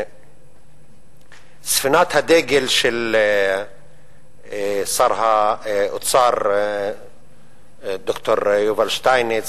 ספינת הדגל של שר האוצר ד"ר יובל שטייניץ